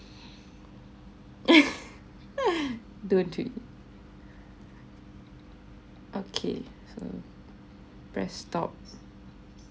okay so press stop